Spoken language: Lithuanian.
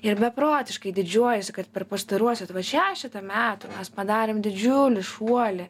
ir beprotiškai didžiuojuosi kad per pastaruosius va šešetą metų mes padarėm didžiulį šuolį